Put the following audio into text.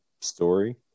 story